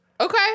Okay